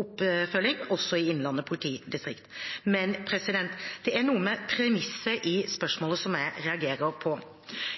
oppfølging, også i Innlandet politidistrikt. Det er noe med premisset i spørsmålet som jeg reagerer på.